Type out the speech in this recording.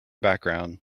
background